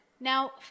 Now